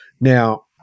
Now